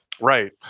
Right